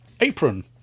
Apron